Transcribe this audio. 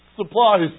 supplies